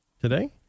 today